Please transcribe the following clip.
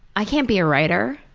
i can't be a writer.